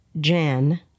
Jan